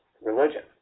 religion